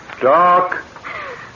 Doc